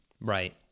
Right